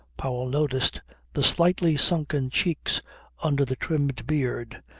powell noticed the slightly sunken cheeks under the trimmed beard,